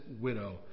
widow